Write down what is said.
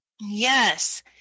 Yes